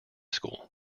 school